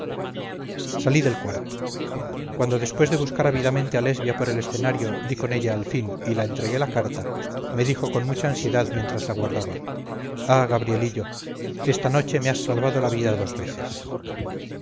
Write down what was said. salí del cuarto cuando después de buscar ávidamente a lesbia por el escenario di con ella al fin y la entregué la carta me dijo con mucha ansiedad mientras la guardaba ah gabrielillo esta noche me has salvado la vida dos veces